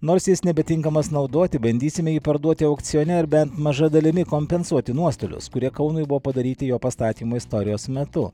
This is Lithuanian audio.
nors jis nebetinkamas naudoti bandysime jį parduoti aukcione ar bent maža dalimi kompensuoti nuostolius kurie kaunui buvo padaryti jo pastatymo istorijos metu